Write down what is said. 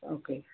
okay